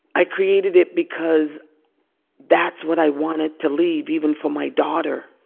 i created it because that's what i wanted to leave, even for my daughter.